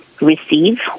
receive